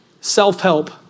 Self-help